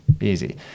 Easy